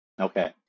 Okay